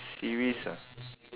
series ah